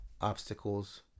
obstacles